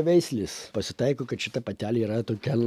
veislės pasitaiko kad šita patelė yra tokia